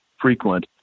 frequent